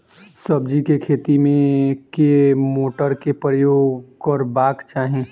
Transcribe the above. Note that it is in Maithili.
सब्जी केँ खेती मे केँ मोटर केँ प्रयोग करबाक चाहि?